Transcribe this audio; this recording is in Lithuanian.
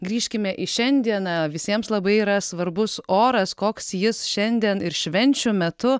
grįžkime į šiandieną visiems labai yra svarbus oras koks jis šiandien ir švenčių metu